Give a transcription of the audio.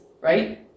right